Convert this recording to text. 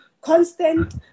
constant